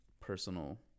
personal